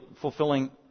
fulfilling